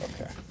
okay